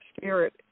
Spirit